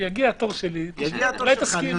יגיע התור שלי, אולי תסכים.